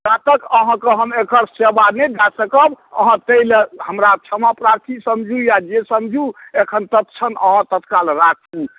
तातक अहाँके हम एकर सेवा नहि दऽ सकब अहाँ ताहिलए हमरा क्षमाप्रार्थी समझी या जे समझू एखन तत्क्षण अहाँ तत्काल राखू